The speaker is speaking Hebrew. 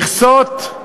מכסות?